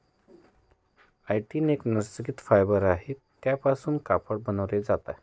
chitin एक नैसर्गिक fibre आहे त्यापासून कापड बनवले जाते